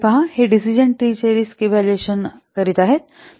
पुढे पहा हे डिसिजन ट्रीने रिस्क चे इव्हॅल्युएशन करीत आहे